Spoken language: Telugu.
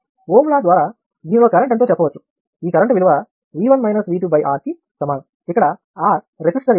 ఓం లా Ohm's law ద్వారా దీనిలో కరెంట్ ఎంతో చెప్పవచ్చు ఈ కరెంట్ విలువ "R" కి సమానం ఇక్కడ R రెసిస్టర్ యొక్క విలువ